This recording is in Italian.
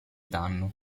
danno